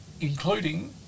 including